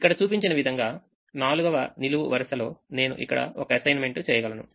ఇక్కడ చూపించిన విధంగా 4వ నిలువు వరుసలో నేను ఇక్కడ ఒక అసైన్మెంట్ చేయగలను